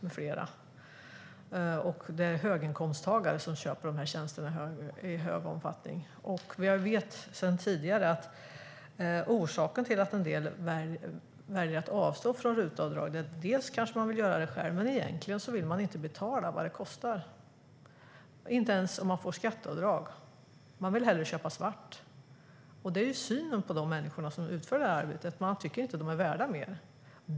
Det är i hög utsträckning höginkomsttagare som köper dessa tjänster. Orsaken till att en del väljer att avstå från RUT-avdraget kan vara att de vill göra jobbet själv. Men en del vill helt enkelt inte betala vad det kostar, inte ens om de får skatteavdrag. De vill hellre köpa svart. Synen på människorna som utför arbetet är att de inte är värda mer.